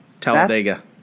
Talladega